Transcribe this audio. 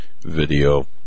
video